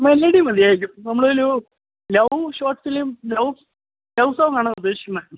melody മതിയായിരിക്കും നമ്മൾ love short film love love സോംഗാണ് ഉദ്ദേശിക്കുന്നത്